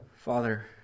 Father